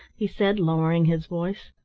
he said, lowering his voice.